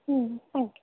ம் thank you